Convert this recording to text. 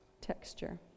texture